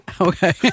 Okay